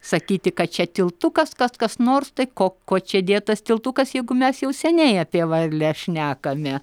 sakyti kad čia tiltukas kad kas nors tai ko ko čia dėtas tiltukas jeigu mes jau seniai apie varlę šnekame